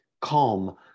calm